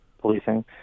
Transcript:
policing